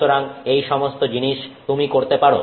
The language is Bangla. সুতরাং এই সমস্ত জিনিস তুমি করতে পারো